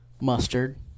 mustard